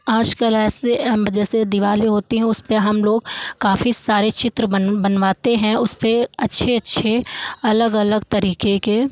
आजकल ऐसे जैसे दिवाली होती है उसपे हम लोग काफ़ी सारे चित्र बन बनवाते हैं उसपे अच्छे अच्छे अलग अलग तरीके के